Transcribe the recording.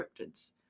cryptids